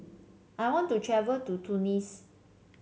I want to travel to Tunis